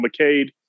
McCade